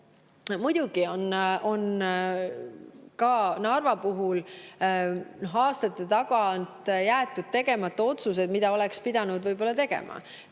Muidugi on ka Narva puhul jäetud aastaid tegemata otsused, mida oleks pidanud võib-olla tegema.